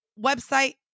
website